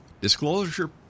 Disclosure